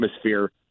atmosphere